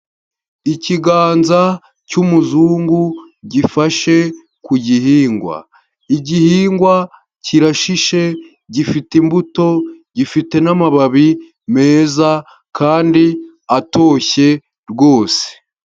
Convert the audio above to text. Ikiganza cy'umuzungu gifashe ku gihingwa, igihingwa kirashishe, gifite imbuto, gifite n'amababi meza kandi atoshye rwose.